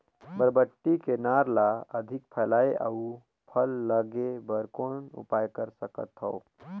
बरबट्टी के नार ल अधिक फैलाय अउ फल लागे बर कौन उपाय कर सकथव?